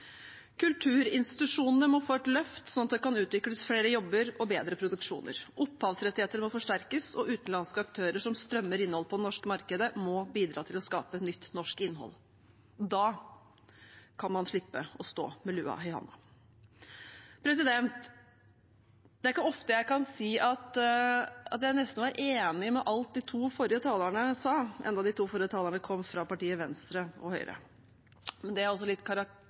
Kulturinstitusjonene må få et løft, slik at det kan utvikles flere jobber og bedre produksjoner. Opphavsrettigheter må forsterkes, og utenlandske aktører som strømmer innhold på det norske markedet, må bidra til å skape nytt norsk innhold. Da kan man slippe å stå med lua i hånda. Det er ikke ofte jeg kan si at jeg er enig i nesten alt de to forrige talerne sa, enda de to kom fra partiene Venstre og Høyre, men det er også litt